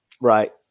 Right